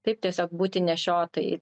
taip tiesiog būti nešiotojai